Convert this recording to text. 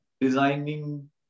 designing